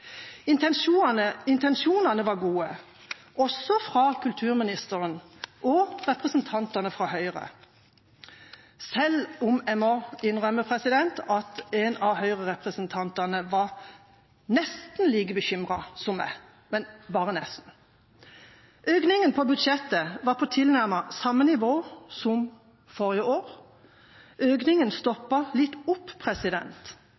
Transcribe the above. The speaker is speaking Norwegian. Intensjonene var gode, også fra kulturministeren og representantene fra Høyre – selv om jeg må innrømme at en av Høyre-representantene var nesten like bekymret som meg, men bare nesten. Økningen i budsjettet var på tilnærmet samme nivå som forrige år. Økningen stoppet litt opp.